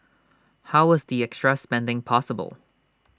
how was the extra spending possible